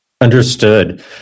Understood